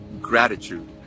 gratitude